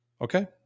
Okay